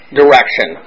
direction